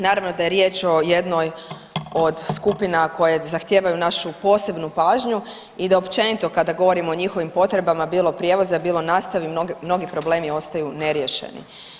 Naravno da je riječ o jednoj od skupina koje zahtijevaju našu posebnu pažnju i da općenito kada govorimo o njihovim potrebama bilo prijevoza, bilo nastave mnogi problemi ostaju neriješeni.